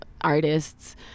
artists